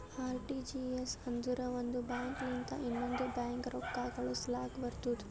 RTGS ಅಂದುರ್ ಒಂದ್ bank ಲಿಂತ ಇನ್ನೊಂದ್ ಬ್ಯಾಂಕ್ಗ ರೊಕ್ಕಾ ಕಳುಸ್ಲಾಕ್ ಬರ್ತುದ್